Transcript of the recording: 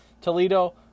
Toledo